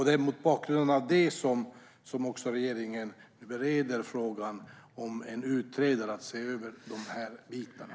Det är mot bakgrund av det som regeringen bereder frågan om att tillsätta en utredare för att se över de här delarna.